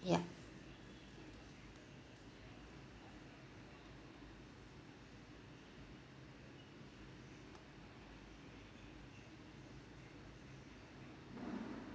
yup